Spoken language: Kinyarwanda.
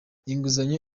inguzanyo